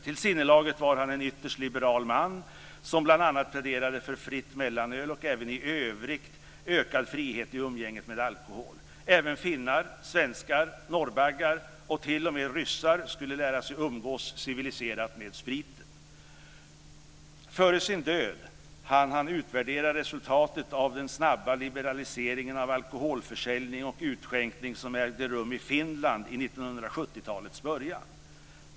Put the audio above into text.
Till sinnelaget var han en ytterst liberal man som bland annat pläderade för fritt mellanöl och även i övrigt ökad frihet i umgänget med alkohol. Även finnar, svenskar, norrbaggar och till och med ryssar skulle lära sig umgås civiliserat med spriten. Före sin död hann han utvärdera resultatet av den snabba liberalisering av alkoholförsäljning och utskänkning som ägde rum i Finland i 1970-talets början.